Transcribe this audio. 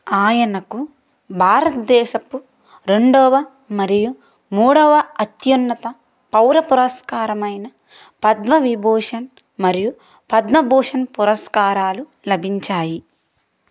ఆయనకు భారతదేశపు రెండవ మరియు మూడవ అత్యున్నత పౌర పురస్కారమైన పద్మవిభూషణ్ మరియు పద్మభూషణ్ పురస్కారాలు లభించాయి